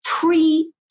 three